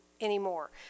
anymore